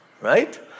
right